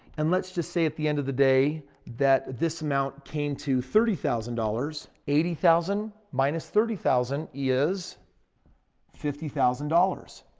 and let's just say at the end of the day that this amount came to thirty thousand dollars. eighty thousand minus thirty thousand is fifty thousand dollars.